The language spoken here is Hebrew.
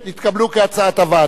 נתקבלו כהצעת הוועדה.